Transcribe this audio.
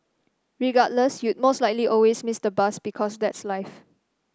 regardless you'd most likely always miss the bus because that's life